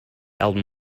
album